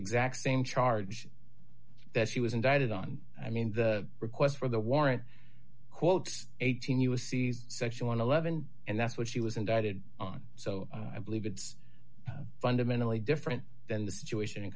exact same charge that she was indicted on i mean the request for the warrant quotes eighteen us c section want to levin and that's what she was indicted on so i believe it's fundamentally different than the situation